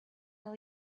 will